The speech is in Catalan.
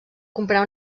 comprar